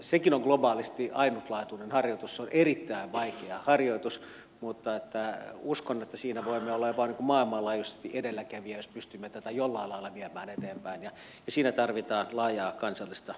sekin on globaalisti ainutlaatuinen harjoitus se on erittäin vaikea harjoitus mutta uskon että siinä voimme olla jopa maailmanlaajuisesti edelläkävijä jos pystymme tätä jollain lailla viemään eteenpäin ja siinä tarvitaan laajaa kansallista yhteistä sitoutumista